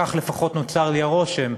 כך לפחות נוצר לי הרושם,